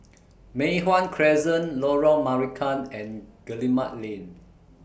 Mei Hwan Crescent Lorong Marican and Guillemard Lane